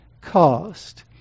cost